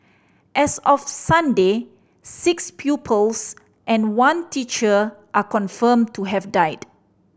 as of Sunday six pupils and one teacher are confirmed to have died